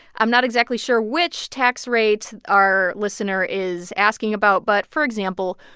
i'm not exactly sure which tax rates our listener is asking about, but for example,